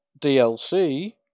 DLC